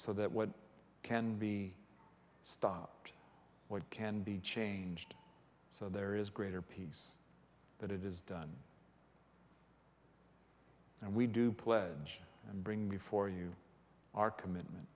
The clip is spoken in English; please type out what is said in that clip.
what can be stopped what can be changed so there is greater peace that it is done and we do pledge and bring before you our commitment